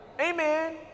Amen